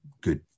good